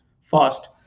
fast